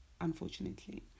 unfortunately